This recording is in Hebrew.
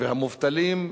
והמובטלים.